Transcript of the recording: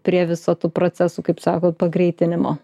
prie viso tų procesų kaip sako pagreitinimo